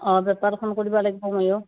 বেপাৰখন কৰিব লাগিব ময়ো